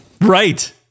Right